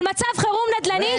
על מצב חירום נדל"ני.